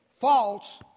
false